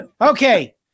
Okay